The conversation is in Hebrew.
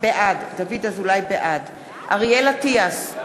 בעד אריאל אטיאס,